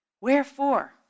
Wherefore